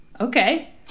Okay